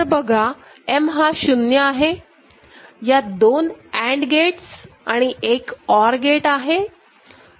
तर बघा M हा 0 आहे यात दोन अँड गेट्स आणि १ ऑर गेट आहे